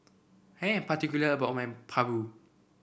I am particular about my Paru